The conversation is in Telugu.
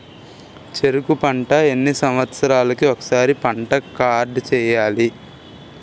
చెరుకు పంట ఎన్ని సంవత్సరాలకి ఒక్కసారి పంట కార్డ్ చెయ్యాలి?